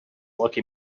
lucky